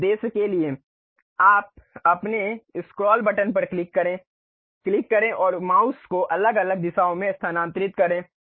उस उद्देश्य के लिए आप अपने स्क्रॉल बटन पर क्लिक करें क्लिक करें और माउस को अलग अलग दिशाओं में स्थानांतरित करें